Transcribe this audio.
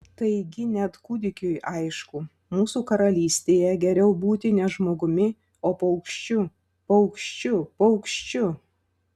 taigi net kūdikiui aišku mūsų karalystėje geriau būti ne žmogumi o paukščiu paukščiu paukščiu